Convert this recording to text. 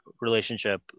relationship